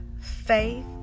faith